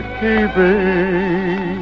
keeping